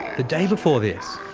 the day before this,